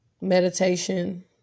meditation